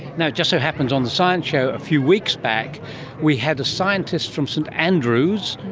you know just so happens on the science show a few weeks back we had a scientist from st andrews,